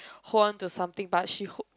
hold on to something but she hold